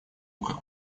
как